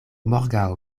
morgaŭ